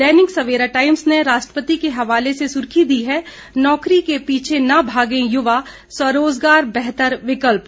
दैनिक Savera Times ने राष्ट्रपति के हवाले से सुर्खी दी है नौकरी के पीछे न भागें युवा स्वरोजगार बेहतर विकल्प